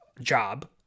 job